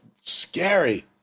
scary